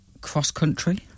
cross-country